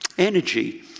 energy